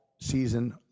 season